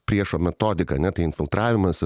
priešo metodika ane tai infiltravimas